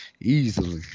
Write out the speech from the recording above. easily